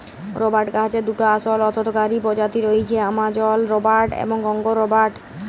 রবাট গাহাচের দুটা আসল অথ্থকারি পজাতি রঁয়েছে, আমাজল রবাট এবং কংগো রবাট